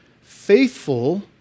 Faithful